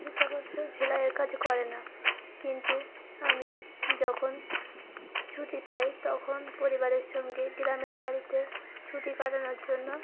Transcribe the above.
সে সেলাইয়ের কাজ করে না কিন্তু আমি যখন ছুটি পাই তখন পরিবারের সঙ্গে গ্রামের বাড়িতে ছুটি কাটানোর জন্য